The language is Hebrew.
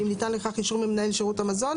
שזה גם המצב היום?